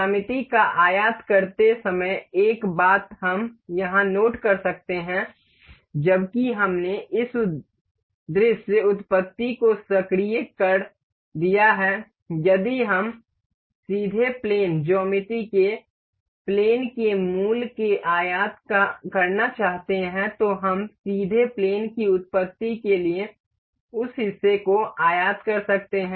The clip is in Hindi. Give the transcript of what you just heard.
ज्यामिति का आयात करते समय एक बात हम यहाँ नोट कर सकते हैं जबकि हमने इस दृश्य उत्पत्ति को सक्रिय कर दिया है यदि हम सीधे प्लेन ज्यामिति के प्लेन के मूल में आयात करना चाहते हैं तो हम सीधे प्लेन की उत्पत्ति के लिए उस हिस्से को आयात कर सकते हैं